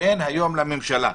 שאין היום לממשלה.